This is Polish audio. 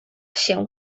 się